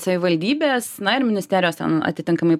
savivaldybės na ir ministerijos ten atitinkamai